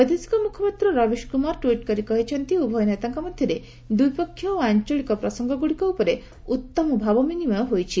ବୈଦେଶିକ ମୁଖପାତ୍ର ରବିଶ କୁମାର ଟ୍ୱିଟ୍ କରି କହିଛନ୍ତି ଉଭୟ ନେତାଙ୍କ ମଧ୍ୟରେ ଦ୍ୱିପକ୍ଷିୟ ଓ ଆଞ୍ଚଳିକ ପ୍ରସଙ୍ଗଗୁଡ଼ିକ ଉପରେ ଉତ୍ତମ ଭାବବିନିମୟ ହୋଇଛି